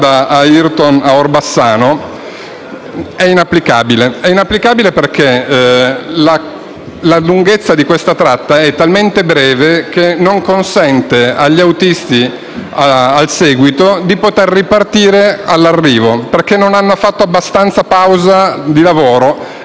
a Orbassano, perché la lunghezza di questa tratta è talmente breve che non consente agli autisti al seguito di poter ripartire all'arrivo, in quanto non hanno fatto abbastanza pausa dal lavoro e devono fermarsi comunque.